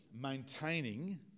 maintaining